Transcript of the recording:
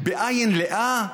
בעין לאה?